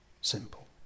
Simple